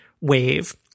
wave